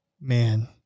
Man